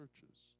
churches